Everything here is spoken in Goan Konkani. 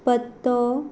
पत्तो